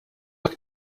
hekk